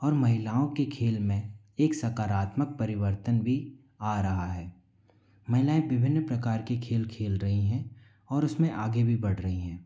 और महिलाओं के खेल में एक सकारात्मक परिवर्तन भी आ रहा है महिलाएँ विभिन्न प्रकार के खेल खेल रही हैं और उसमें आगे भी बढ़ रही हैं